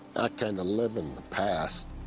tend to live in the past.